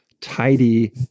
tidy